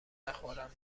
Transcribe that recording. نخورم